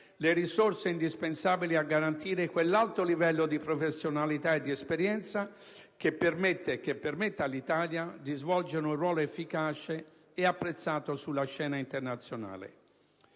le risorse indispensabili a garantire quell'alto livello di professionalità e di esperienza che permetta all'Italia di svolgere un ruolo efficace e apprezzato sulla scena internazionale.